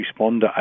responder